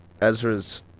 Ezra's